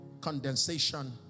condensation